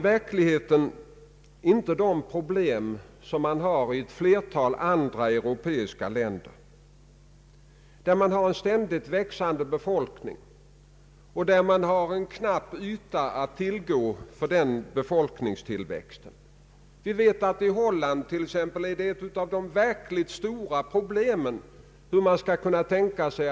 Verksamheten kan inte ske utan ett visst stöd från samhällets sida.